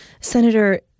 Senator